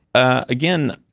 again,